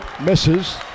misses